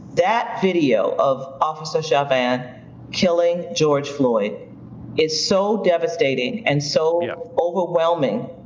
that video of officer chauvin killing george floyd is so devastating and so you know overwhelming,